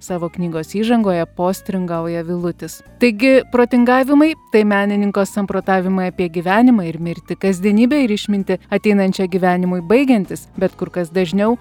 savo knygos įžangoje postringauja vilutis taigi protingavimai tai menininko samprotavimai apie gyvenimą ir mirtį kasdienybę ir išmintį ateinančią gyvenimui baigiantis bet kur kas dažniau